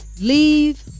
Leave